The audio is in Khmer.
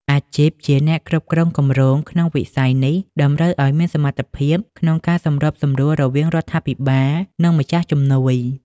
អាជីពជាអ្នកគ្រប់គ្រងគម្រោង ក្នុងវិស័យនេះ តម្រូវឱ្យមានសមត្ថភាពក្នុងការសម្របសម្រួលរវាងរដ្ឋាភិបាល និងម្ចាស់ជំនួយ។